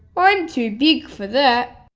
i'm too big for that